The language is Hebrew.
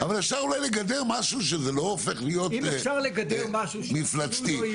אבל אפשר אולי לגדר משהו שלא הופך למשהו מפלצתי.